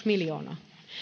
miljoonaa